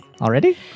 Already